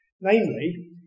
Namely